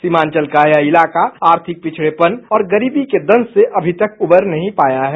सीमांचल का यह इलाका आर्थिक पिछड़ेपन और गरीबी के दंश से अभी तक नहीं उबर पाया है